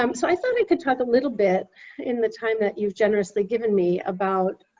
um so i thought we could talk a little bit in the time that you've generously given me about